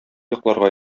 йокларга